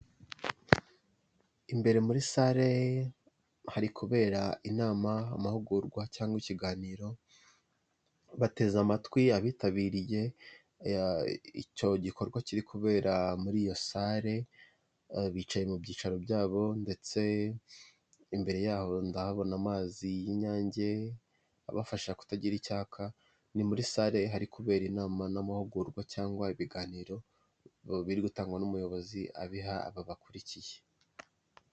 imbere muri sare hari kubera inama amahugurwa cyangwa ikiganiro bateze amatwi abitabiriye icyo gikorwa kiri kubera muri iyo sare bicaye mu byicaro byabo ndetse imbere yabo ndahabona amazi y'inyange abafasha kutagira icyaka ni muri sare hari kubera inama n'amahugurwa cyangwa ibiganiro biri gutangwa n'umuyobozi abiha aba bakurikiye